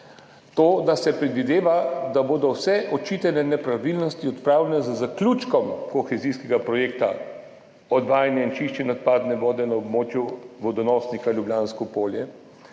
to, da se predvideva, da bodo vse očitane nepravilnosti odpravljene z zaključkom kohezijskega projekta Odvajanje in čiščenje odpadne vode na območju vodonosnika Ljubljansko polje